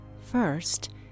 First